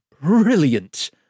brilliant